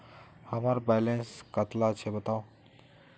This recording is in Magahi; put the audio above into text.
हमार बैलेंस कतला छेबताउ?